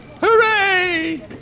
hooray